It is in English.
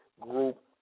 group